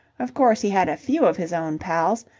of course, he had a few of his own pals,